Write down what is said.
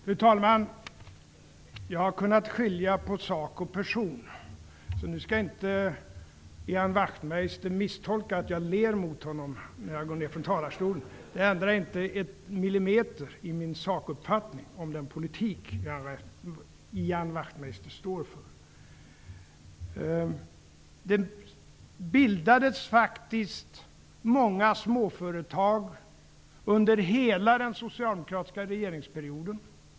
Herr talman! Jag har kunnat skilja på sak och person. Nu skall inte Ian Wachtmeister misstolka att jag ler mot honom, när jag går ner från talarstolen. Det ändrar inte min sakuppfattning en millimeter vad gäller den politik som Ian Wachtmeister står för. Det bildades faktiskt många småföretag under hela den socialdemokratiska regeringsperioden.